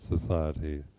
society